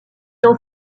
dans